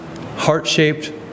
heart-shaped